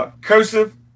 Cursive